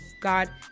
God